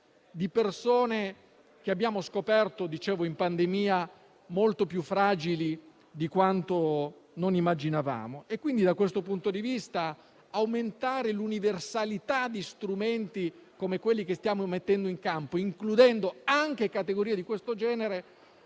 di persone che abbiamo scoperto in pandemia molto più fragili di quanto non immaginavamo. Da questo punto di vista aumentare l'universalità di strumenti come quelli che stiamo mettendo in campo, includendo anche categorie di questo genere,